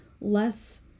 less